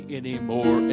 anymore